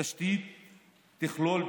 התשתית תכלול,